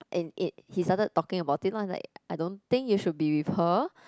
and it he started talking about it lah it's like I don't think you should be with her